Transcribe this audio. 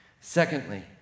Secondly